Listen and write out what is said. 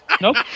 Nope